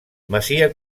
masia